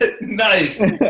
Nice